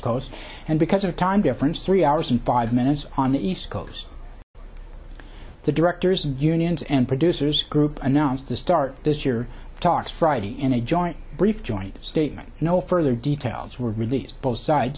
coast and because of time difference three hours and five minutes on the east coast the directors unions and producers group announced the start this year talks friday in a joint brief joint statement no further details were released both sides